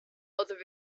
other